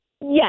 Yes